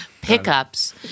pickups